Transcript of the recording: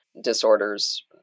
disorders